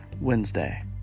Wednesday